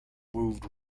moved